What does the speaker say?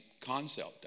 concept